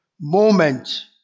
moment